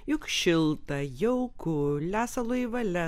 juk šilta jauku lesalo į valias